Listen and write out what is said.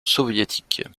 soviétique